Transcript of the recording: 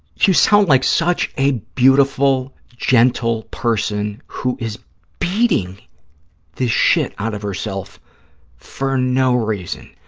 you sound like such a beautiful, gentle person who is beating the shit out of herself for no reason.